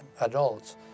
adults